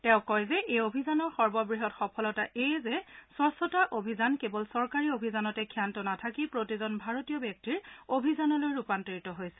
তেওঁ কয় যে এই অভিযানৰ সৰ্ববৃহৎ সফলতা এয়ে যে স্বছ্তা অভিযান কেৱল চৰকাৰী অভিযানতে ক্ষান্ত নাথাকি প্ৰতিজন ভাৰতীয় ব্যক্তিৰ অভিযানলৈ ৰূপান্তৰিত হৈছে